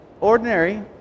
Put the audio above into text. ordinary